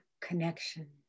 connection